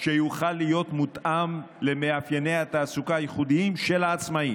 שיוכל להיות מותאם למאפייני התעסוקה הייחודיים של העצמאים.